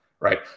right